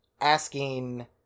asking